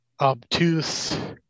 obtuse